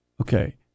Okay